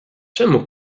czemu